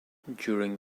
during